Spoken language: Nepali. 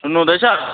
सुन्नु हुँदैछ